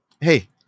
Hey